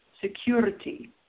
security